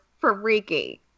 freaky